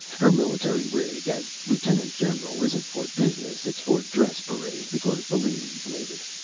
her military rig, as lieutenant-general, isn't for business, it's for dress parade, because the ladies made it.